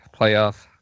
playoff